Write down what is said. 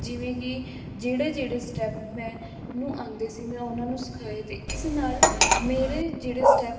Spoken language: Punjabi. ਜਿਵੇਂ ਕਿ ਜਿਹੜੇ ਜਿਹੜੇ ਸਟੈਪ ਮੈ ਨੂੰ ਆਉਂਦੇ ਸੀ ਮੈਂ ਉਨ੍ਹਾਂ ਨੂੰ ਸਿਖਾਏ ਅਤੇ ਇਸ ਨਾਲ ਮੇਰੇ ਜਿਹੜੇ ਸਟੈਪ